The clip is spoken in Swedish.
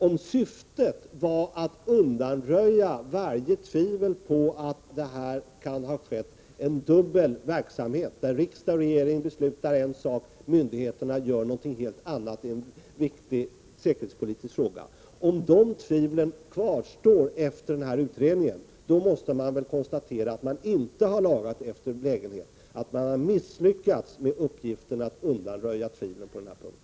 Om syftet var att undanröja varje tvivel om att detta kan ha skett, en dubbel verksamhet där riksdag och regering beslutar en sak och myndigheterna gör något helt annat i en viktig säkerhetspolitisk fråga, och tvivlen kvarstår efter den utredning som gjorts, måste man konstatera att man inte har lagat efter lägligheten, att man har misslyckats med uppgiften att undanröja tvivel på denna punkt.